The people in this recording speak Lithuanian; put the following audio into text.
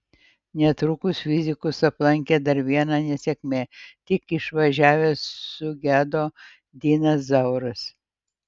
netrukus fizikus aplankė dar viena nesėkmė tik išvažiavęs sugedo dinas zauras